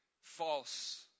false